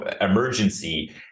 emergency